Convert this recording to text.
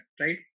right